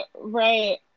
right